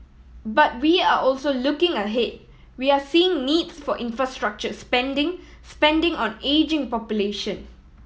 but we are also looking ahead we are seeing needs for infrastructure spending spending on ageing population